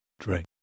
Drink